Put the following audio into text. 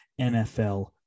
NFL